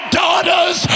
daughters